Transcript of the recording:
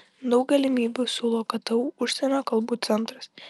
daug galimybių siūlo ktu užsienio kalbų centras